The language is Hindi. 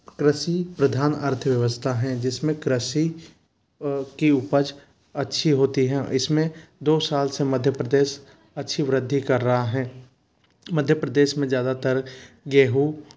कृषि प्रधान अर्थव्यवस्था है जिस में कृषि की उपज अच्छी होती है इस में दो साल से मध्य प्रदेश अच्छी वृद्धि कर रहा है मध्य प्रदेश में ज़्यादातर गेहूं